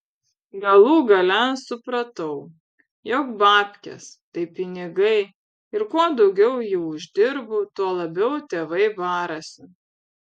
galų gale supratau jog babkės tai pinigai ir kuo daugiau jų uždirbu tuo labiau tėvai barasi